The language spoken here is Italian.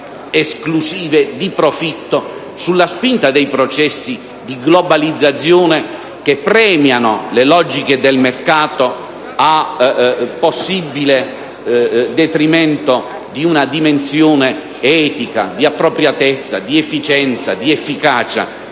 esclusive di profitto sulla spinta dei processi di globalizzazione che premiano le logiche del mercato a possibile detrimento di una dimensione etica, di appropriatezza, di efficienza e di efficacia,